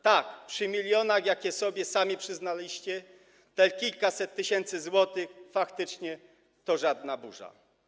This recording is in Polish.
Tak, przy milionach, jakie sobie sami przyznaliście, te kilkaset tysięcy złotych faktycznie to żadna burza.